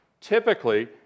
typically